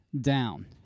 down